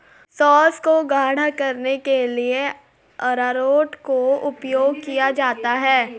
sauce को गाढ़ा करने के लिए अरारोट का उपयोग किया जाता है